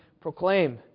proclaim